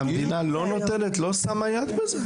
המדינה לא נותנת ולא שמה יד בזה?